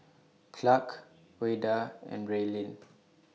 Clark Ouida and Braylen